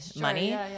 money